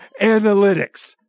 analytics